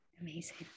Amazing